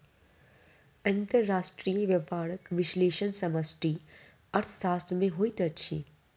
अंतर्राष्ट्रीय व्यापारक विश्लेषण समष्टि अर्थशास्त्र में होइत अछि